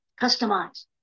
customize